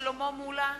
שלמה מולה,